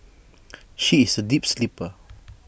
she is A deep sleeper